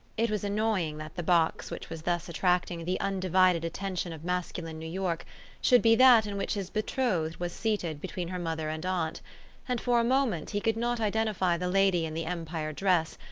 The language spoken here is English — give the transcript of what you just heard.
it was annoying that the box which was thus attracting the undivided attention of masculine new york should be that in which his betrothed was seated between her mother and aunt and for a moment he could not identify the lady in the empire dress,